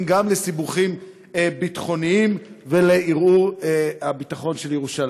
גם לסיבוכים ביטחוניים ולערעור הביטחון של ירושלים.